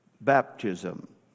baptism